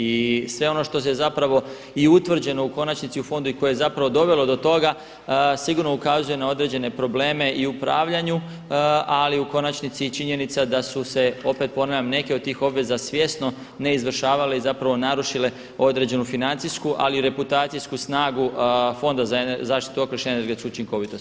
I sve ono što je zapravo i utvrđeno u konačnici u fondu i koje je zapravo dovelo do toga sigurno ukazuje na određene probleme i u upravljanju, ali u konačnici i činjenica da su se opet ponavljam neke od tih obveza svjesno neizvršavale i zapravo narušile određenu financijsku, ali i reputacijsku snagu Fonda za zaštitu okoliša i energetsku učinkovitost.